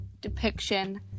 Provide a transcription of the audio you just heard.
depiction